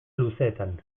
luzeetan